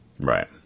Right